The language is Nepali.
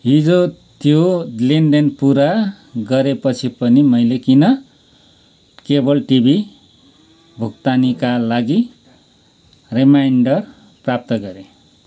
हिजो त्यो लेनदेन पुरा गरेपछि पनि मैले किन केबल टिभी भुक्तानीका लागि रिमाइन्डर प्राप्त गरेँ